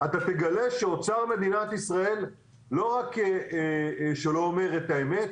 אתה תגלה שאוצר מדינת ישראל לא רק שלא אומר את האמת,